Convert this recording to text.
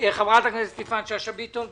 חברת הכנסת יפעת שאשא ביטון.